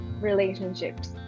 relationships